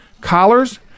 collars